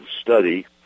study